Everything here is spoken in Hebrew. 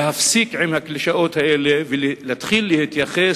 להפסיק עם הקלישאות האלה ולהתחיל להתייחס